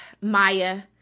Maya